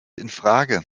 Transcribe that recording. infrage